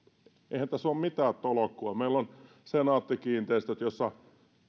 eihän tässä ole mitään tolkkua meillä on senaatti kiinteistöt jossa